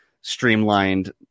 streamlined